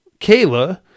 Kayla